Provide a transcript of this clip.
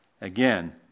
Again